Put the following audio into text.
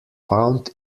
found